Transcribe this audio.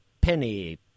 penny